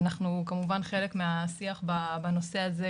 אנחנו כמובן חלק מהשיח בנושא הזה,